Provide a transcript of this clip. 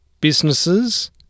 businesses